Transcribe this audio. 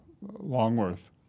Longworth